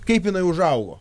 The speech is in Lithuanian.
kaip jinai užaugo